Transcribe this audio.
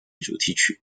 主题曲